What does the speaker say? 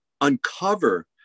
uncover